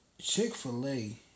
Chick-fil-A